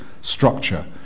structure